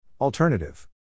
Alternative